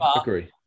agree